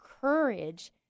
courage